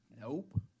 Nope